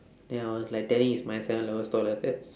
then I was like telling it's my seven eleven store like that